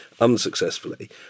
unsuccessfully